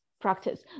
practice